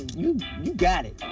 you got it.